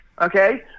Okay